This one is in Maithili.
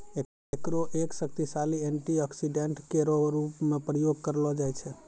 एकरो एक शक्तिशाली एंटीऑक्सीडेंट केरो रूप म प्रयोग करलो जाय छै